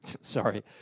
sorry